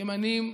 ימנים,